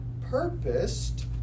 purposed